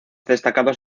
destacados